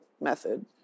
method